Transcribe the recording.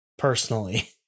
Personally